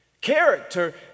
Character